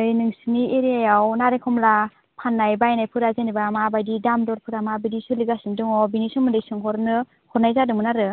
ओइ नोंसिनि एरियायाव नारें खमला फाननाय बायनायफोराव जेनेबा माबायदि दाम दरफोरा माबायदि सोलिगासिनो दङ बिनि सोमोन्दै सोंहरनो हरनाय जादोंमोन आरो